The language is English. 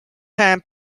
time